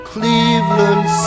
Cleveland